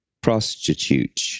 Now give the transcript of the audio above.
prostitute